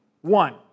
One